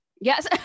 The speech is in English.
Yes